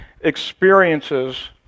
experiences